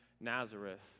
Nazareth